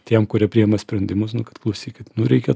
tiem kurie priima sprendimus nu kad klausykit nu reikia